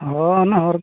ᱦᱳᱭ ᱚᱱᱟ ᱦᱚᱨ